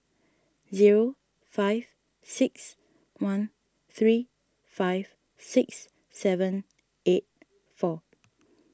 zero five six one three five six seven eight four